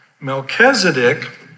Melchizedek